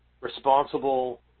responsible